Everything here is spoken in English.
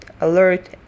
alert